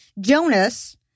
Jonas